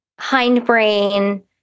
hindbrain